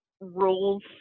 rules